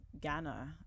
Ghana